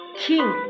king